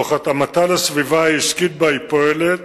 תוך התאמתה לסביבה העסקית שבה היא פועלת